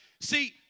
See